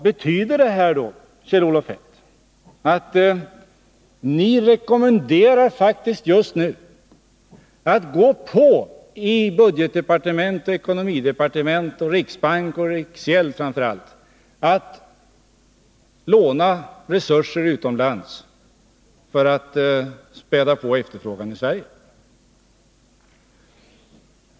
Betyder detta, Kjell-Olof Feldt, att ni just nu faktiskt rekommenderar att budgetdepartementet, ekonomidepartementet, riksbanken och riksgälden skall fortsätta att låna resurser utomlands för att späda på efterfrågan i Sverige?